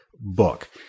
book